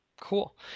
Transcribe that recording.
Cool